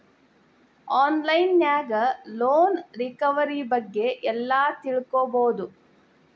on line ನ್ಯಾಗ loan recovery ಬಗ್ಗೆ ಎಲ್ಲಾ ತಿಳ್ಕೊಬೊದು